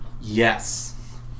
Yes